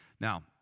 Now